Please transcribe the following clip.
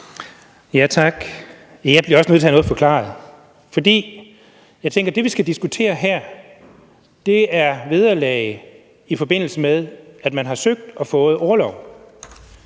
Tak. Jeg bliver også nødt til at have noget forklaret, for jeg tænker, at det, vi skal diskutere her, er vederlag, i forbindelse med at man har søgt og fået orlov.